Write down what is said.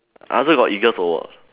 I also got eagles award